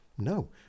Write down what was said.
No